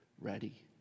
Ready